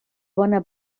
bona